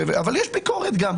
אבל יש ביקורת גם.